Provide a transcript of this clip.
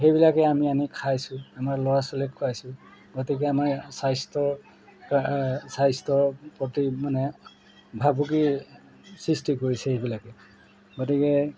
সেইবিলাকে আমি আনি খাইছোঁ আমাৰ ল'ৰা ছোৱালীক খুৱাইছোঁ গতিকে আমাৰ স্বাস্থ্য স্বাস্থ্যৰ প্ৰতি মানে ভাবুকিৰ সৃষ্টি কৰিছে সেইবিলাকে গতিকে